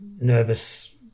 nervous